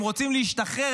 הם רוצים להשתחרר,